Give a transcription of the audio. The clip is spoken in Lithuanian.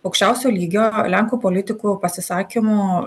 aukščiausio lygio lenkų politikų pasisakymų